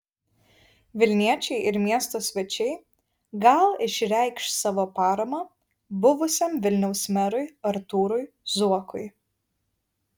vilniečiai ir miesto svečiai gal išreikš savo paramą buvusiam vilniaus merui artūrui zuokui